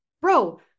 bro